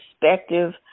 perspective